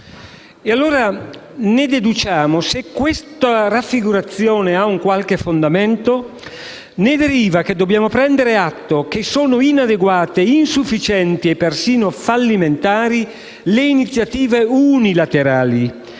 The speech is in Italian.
deflagrazione. Se questa raffigurazione ha un qualche fondamento dobbiamo prendere atto che sono inadeguate, insufficienti e persino fallimentari le iniziative unilaterali